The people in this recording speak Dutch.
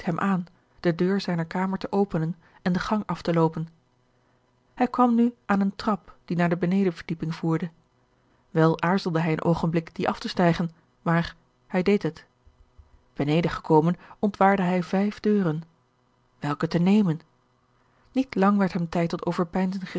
aan de deur zijner kamer te openen en den gang af te loopen hij kwam nu aan een trap die naar de benedenverdieping voerde wel aarzelde hij een oogenblik dien af te stijgen maar hij deed het beneden gekomen ontwaarde hij vijf deuren welke te nemen niet lang werd hem tijd